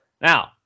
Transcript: Now